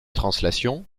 translation